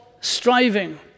striving